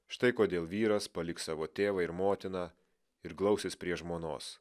štai kodėl vyras paliks savo tėvą ir motiną ir glausis prie žmonos